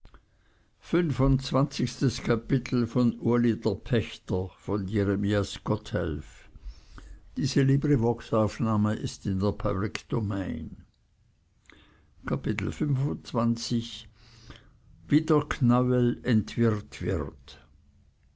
kapitel wie der knäuel entwirrt wird